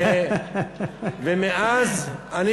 מה זה ביתר-עילית?